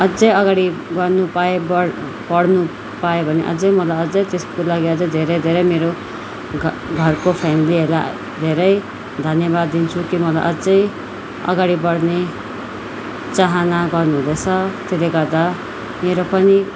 अझ अगाडि बढ्नु पाएँ पढ्नु पाएँ भने अझ मलाई अझ त्यसको लागि अझ धेरै धेरै मेरो घ घरको फ्यामिलीहरूलाई धेरै धन्यवाद दिन्छु किनभन्दा अझ अगाडि बढ्ने चाहना गर्नु हुँदैछ त्यसले गर्दा मेरो पनि